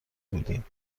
بودیم